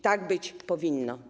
Tak być powinno.